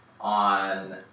on